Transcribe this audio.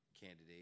candidate